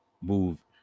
move